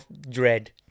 dread